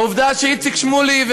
העובדה שאיציק שמולי,